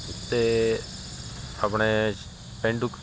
ਅਤੇ ਆਪਣੇ ਪੇਂਡੂ